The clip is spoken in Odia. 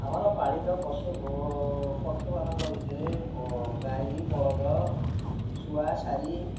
ଆମର ପାଳିତ ପଶୁ ବ ପକ୍ଷୀମାନଙ୍କ ଭିତରେ ଗାଈ ବଳଦ ଶୁଆ ସାରୀ